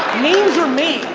names are made.